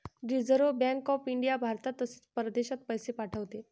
reserve bank of India भारतात तसेच परदेशात पैसे पाठवते